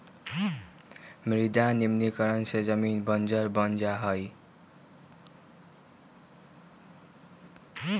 मृदा निम्नीकरण से जमीन बंजर बन जा हई